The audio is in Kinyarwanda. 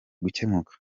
gukemuka